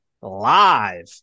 live